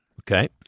Okay